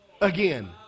again